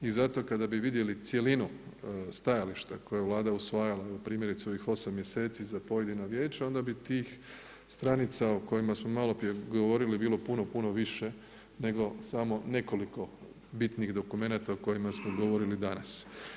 I zato kada bi vidjeli cjelinu stajališta koje je Vlada usvajala primjerice u ovih 8 mjeseci za pojedina vijeća onda bih tih stranica o kojima smo malo prije govorili bilo puno, puno više nego samo nekoliko bitnih dokumenata o kojima smo govorili danas.